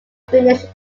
finnish